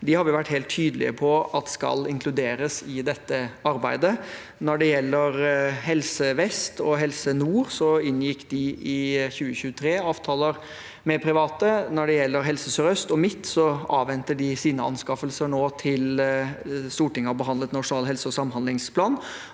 Vi har vært helt tydelige på at de skal inkluderes i dette arbeidet. Når det gjelder Helse vest og Helse nord, inngikk de i 2023 avtaler med private. Når det gjelder Helse sør-øst og Helse Midt-Norge, avventer de sine anskaffelser til Stortinget har behandlet Nasjonal helse- og samhandlingsplan.